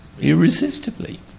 irresistibly